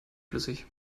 flüssig